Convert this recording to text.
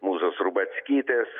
mūzos rubackytės